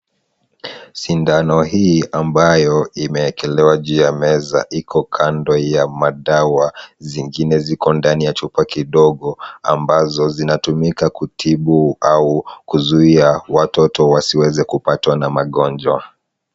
Sindano hii ambayo imeekelewa juu ya meza iko kando ya madawa. Zingine ziko ndani ya chupa kidogo ambazo zinatumika kutibu au kuzuia watoto wasiweze kupatwa na magonjwa.